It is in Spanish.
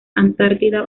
antártida